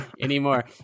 anymore